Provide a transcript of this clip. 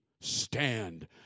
stand